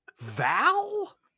Val